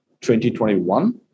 2021